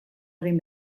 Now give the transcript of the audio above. egin